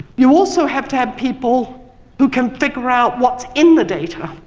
you also have to have people who can figure out what's in the data.